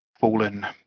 fallen